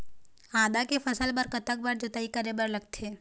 आदा के फसल बर कतक बार जोताई करे बर लगथे?